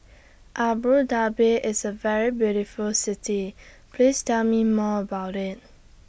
Abu Dhabi IS A very beautiful City Please Tell Me More about IT